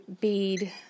bead